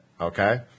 okay